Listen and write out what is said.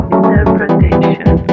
Interpretation